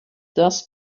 thus